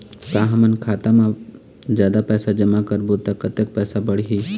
का हमन खाता मा जादा पैसा जमा करबो ता कतेक पैसा बढ़ही?